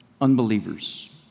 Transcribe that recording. unbelievers